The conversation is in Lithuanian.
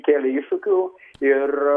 kėlė iššūkių ir